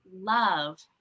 love